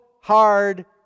hard